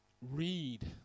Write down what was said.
read